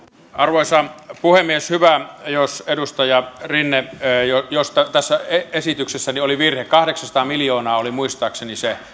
arvoisa puhemies hyvä edustaja rinne jos tässä esityksessäni oli virhe kahdeksansataa miljoonaa oli muistaakseni se